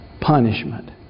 punishment